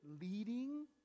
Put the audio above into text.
leading